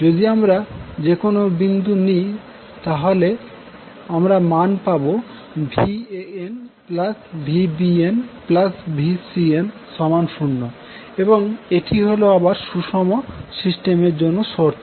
যদি আমরা যেকোনো বিন্দু নিই তাহলে আমরা মান পাবো VanVbnVcn0 এবং এটি হল আবার সুষম সিস্টেমের জন্য শর্ত